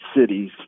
cities